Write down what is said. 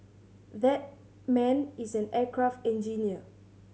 that man is an aircraft engineer